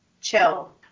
chill